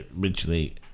originally